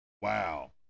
Wow